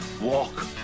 walk